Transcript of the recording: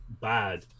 bad